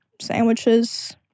Sandwiches